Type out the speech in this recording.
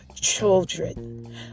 children